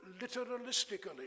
literalistically